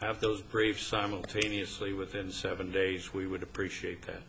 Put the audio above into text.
have those briefs simultaneously within seven days we would appreciate that